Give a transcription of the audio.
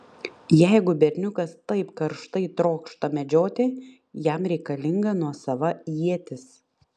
jeigu berniukas taip karštai trokšta medžioti jam reikalinga nuosava ietis